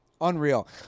Unreal